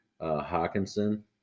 Hawkinson